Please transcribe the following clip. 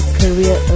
career